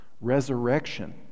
Resurrection